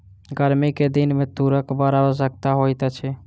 गर्मी के दिन में तूरक बड़ आवश्यकता होइत अछि